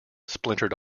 splintered